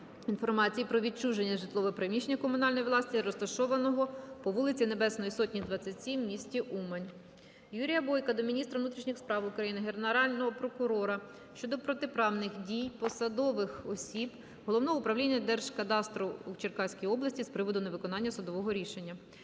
інформації про відчуження нежитлового приміщення комунальної власності, розташованого по вул. Небесної Сотні, 27 в місті Умань. Юрія Бойка до міністра внутрішніх справ України, Генерального прокурора щодо протиправних дій посадових осіб Головного управління Держгеокадастру у Черкаській області з приводу невиконання судового рішення.